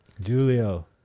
Julio